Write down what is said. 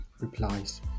replies